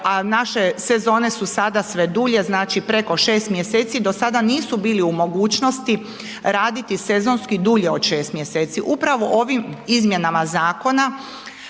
naše sezone su sada sve dulje, znači preko 6 mjeseci do sada nisu bili u mogućnosti raditi sezonski dulje od 6 mjeseci. Upravo ovim izmjenama zakona